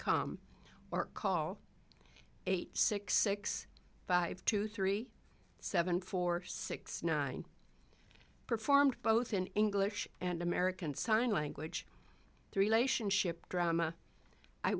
com or call eight six six five two three seven four six nine performed both in english and american sign language three lation ship drama i